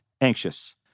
anxious